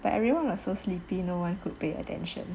but everyone was so sleepy no one could pay attention